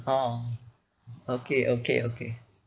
oh okay okay okay